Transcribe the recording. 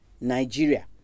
Nigeria